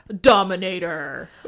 Dominator